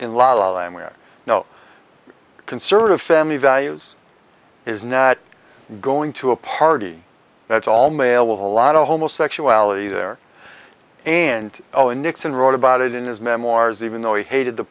where no conservative family values is not going to a party that's all male with a lot of homosexuality there and ellen nixon wrote about it in his memoirs even though he hated the